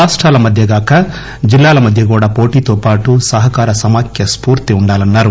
రాష్టాల మధ్యే గాక జిల్లాల మధ్య కూడా పోటీతోపాటు సహకార సమాఖ్య స్పూర్తి ఉండాలన్నారు